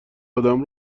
ادم